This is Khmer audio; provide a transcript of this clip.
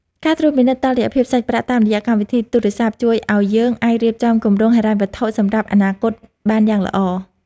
ការត្រួតពិនិត្យតុល្យភាពសាច់ប្រាក់តាមរយៈកម្មវិធីទូរស័ព្ទជួយឱ្យយើងអាចរៀបចំគម្រោងហិរញ្ញវត្ថុសម្រាប់អនាគតបានយ៉ាងល្អ។